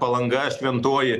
palanga šventoji